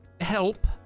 Help